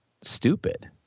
stupid